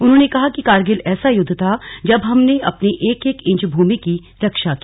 उन्होंने कहा कि कारगिल ऐसा युद्ध था जब हमने अपनी एक एक इंच भूमि की रक्षा की